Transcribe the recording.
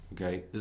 Okay